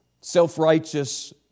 self-righteous